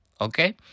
Okay